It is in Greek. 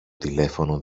τηλέφωνο